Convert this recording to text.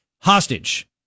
hostage